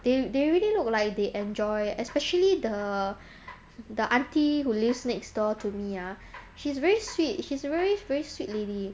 they they really look like they enjoy especially the the aunty who lives next door to me ah she's very sweet she's a very very sweet lady